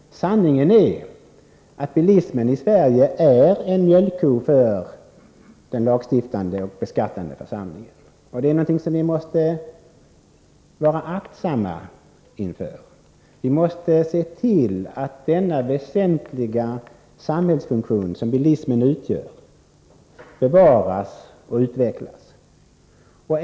Sanningen är den att bilismen i Sverige är en mjölkko för den lagstiftande och beskattande församlingen, något som vi måste vara aktsamma inför. Vi måste se till att den väsentliga samhällsfunktion som bilismen utgör bevaras och utvecklas.